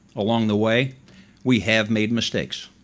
along the way we have made mistakes.